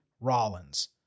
Rollins